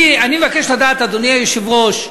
אני מבקש לדעת, אדוני היושב-ראש,